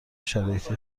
شرایطی